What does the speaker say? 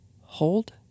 hold